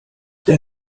der